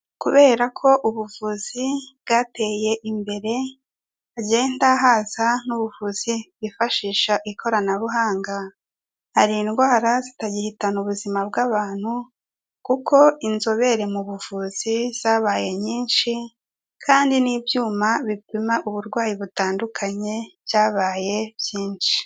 Kubera ko ubuvuzi bwateye imbere, hagenda haza n'ubuvuzi bwifashisha ikoranabuhanga, hari indwara zitagihitana ubuzima bw'abantu kuko inzobere mu buvuzi zabaye nyinshi kandi n'ibyuma bipima uburwayi butandukanye byabaye byinshi.